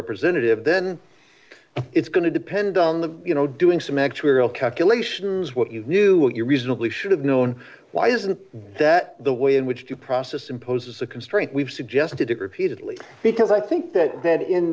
representative then it's going to depend on the you know doing some actuarial calculations what you knew what you reasonably should have known why isn't that the way in which due process imposes a constraint we've suggested to graffiti because i think that that in